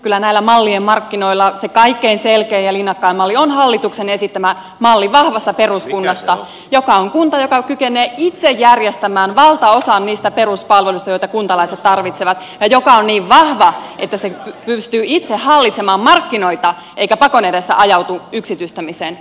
kyllä näillä mallien markkinoilla se kaikkein selkein ja linjakkain malli on hallituksen esittämä malli vahvasta peruskunnasta joka on kunta joka kykenee itse järjestämään valtaosan niistä peruspalveluista joita kuntalaiset tarvitsevat ja joka on niin vahva että se pystyy itse hallitsemaan markkinoita eikä pakon edessä ajaudu yksityistämiseen